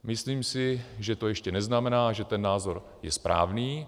Myslím si, že to ještě neznamená, že ten názor je správný.